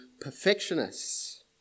perfectionists